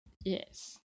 Yes